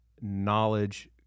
knowledge